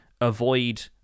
avoid